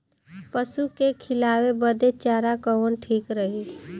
पशु के खिलावे बदे चारा कवन ठीक रही?